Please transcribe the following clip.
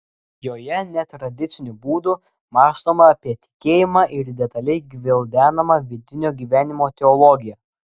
joje netradiciniu būdu mąstoma apie tikėjimą ir detaliai gvildenama vidinio gyvenimo teologija